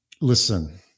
Listen